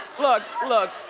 look, look.